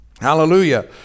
Hallelujah